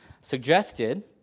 suggested